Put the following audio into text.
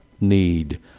need